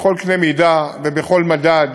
בכל קנה מידה ובכל מדד.